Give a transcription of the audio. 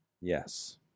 Yes